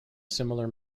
similar